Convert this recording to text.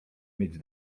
mieć